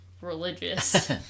religious